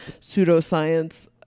pseudoscience